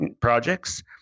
projects